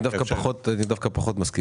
אני דווקא פחות מסכים אתך.